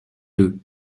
deux